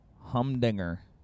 Humdinger